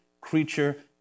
creature